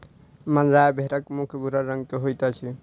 मांड्या भेड़क मुख भूरा रंग के होइत अछि